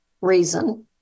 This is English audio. reason